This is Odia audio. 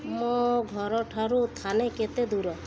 ମୋ ଘରଠାରୁ ଥାନା କେତେ ଦୂର